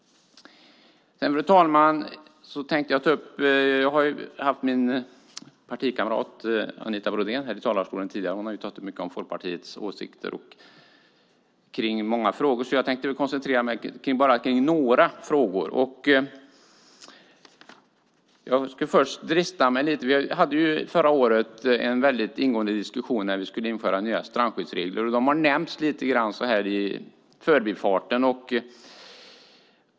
Fru ålderspresident! Min partikamrat Anita Brodén har stått i talarstolen tidigare och har tagit upp mycket om Folkpartiets åsikter och frågor. Jag tänkte koncentrera mig på bara några frågor. Förra året hade vi en väldigt ingående diskussion när vi skulle införa nya strandskyddsregler, och de har nämnts i förbifarten.